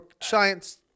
science